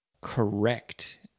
correct